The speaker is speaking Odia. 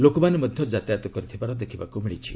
ଲୋକମାନେ ମଧ୍ୟ ଯାତାୟତ କରିଥିବାର ଦେଖିବାକୁ ମିଳିଛି